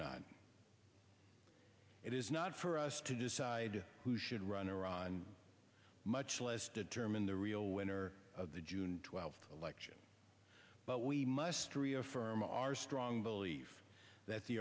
not it is not for us to decide who should run iran much less determine the real winner of the june twelfth election but we must reaffirm our strong belief that the